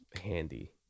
handy